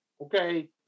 Okay